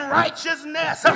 righteousness